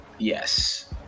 Yes